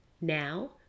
Now